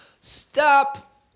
Stop